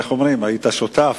היית שותף,